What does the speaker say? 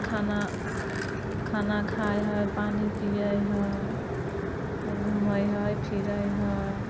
खाना खाना खाइ है पानी पीयै है घुमै है फिरै है